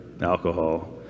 alcohol